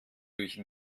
durch